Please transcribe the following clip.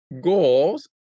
goals